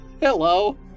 Hello